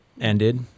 ended